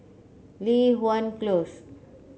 Li Hwan Close